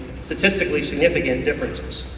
statistically significant differences.